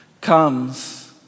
comes